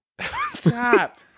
Stop